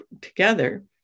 together